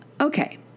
Okay